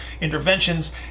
interventions